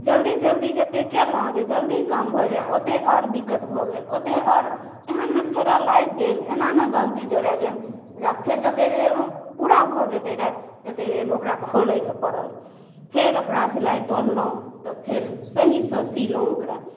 जल्दी जल्दी जतेक कएलहुँ जे जल्दी काम भऽ जाए ओतेक आओर दिक्कत भऽ गेल ओतेक आओर एहन ने फेरा लागि गेल एना ने गलती जोड़ै गेल जे फेर जतेक देरमे पूरा भऽ जएतै रहै ततेक देरमे ओकरा खोलऽके पड़ल फेर ओकरा सिलाइ तोड़लहुँ तऽ फेर सहीसँ सिलहुँ ओकरा